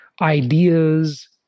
ideas